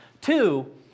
Two